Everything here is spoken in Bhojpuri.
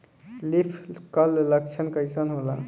लीफ कल लक्षण कइसन होला?